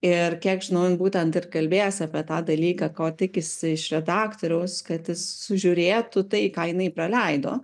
ir kiek žinau jin būtent ir kalbės apie tą dalyką ko tikisi iš redaktoriaus kad jis su žiūrėtų tai į ką jinai praleido